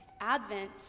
Advent